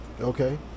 Okay